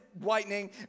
whitening